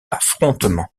affrontement